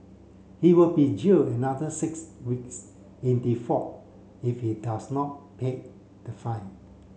he will be jailed another six weeks in default if he does not pay the fine